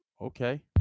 okay